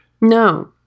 No